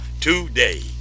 today